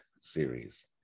series